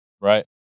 Right